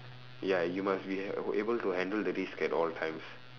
ya you must be able to handle the risk at all times